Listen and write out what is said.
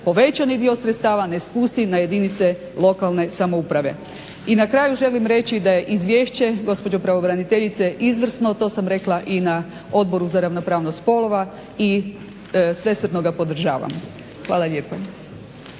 povećani dio sredstava ne spusti na jedinice lokalne samouprave. I na kraju želim reći da je izvješće gospođe pravobraniteljice izvrsno. To sam rekla i na Odboru za ravnopravnost spolova i svesrdno ga podržavam. Hvala lijepa.